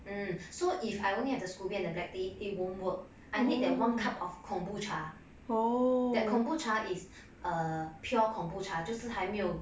um so if I only have the scooby and the black tea it won't work I need that one cup of kombucha that kombucha is a pure kombucha 就是还没有